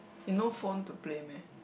you no phone to play meh